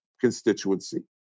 constituency